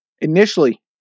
initially